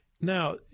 Now